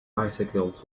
bicycles